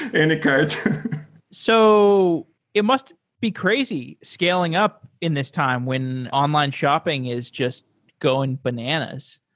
anycart so it must be crazy scaling up in this time when online shopping is just going bananas.